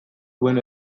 duen